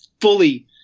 fully